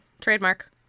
Trademark